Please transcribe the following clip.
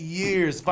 years